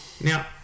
Now